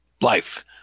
life